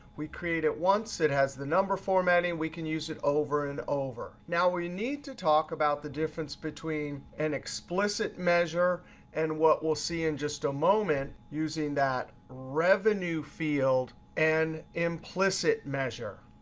we create it once. it has the number formatting. we can use it over and over. now, we need to talk about the difference between an explicit measure and what we'll see in just a moment using that revenue field, and implicit implicit measure.